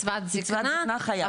קצבת זקנה חייב.